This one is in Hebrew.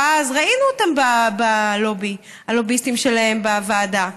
פז, ראינו אותם בלובי, הלוביסטים שלהם, בוועדה.